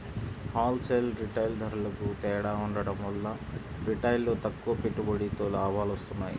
whole sale, retail ధరలకూ తేడా ఉండటం వల్ల రిటైల్లో తక్కువ పెట్టుబడితో లాభాలొత్తన్నాయి